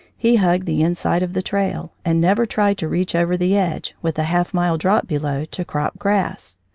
he hugged the inside of the trail, and never tried to reach over the edge, with a half-mile drop below, to crop grass.